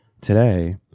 Today